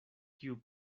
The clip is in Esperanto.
kiu